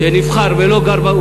שנבחר ולא גר בה,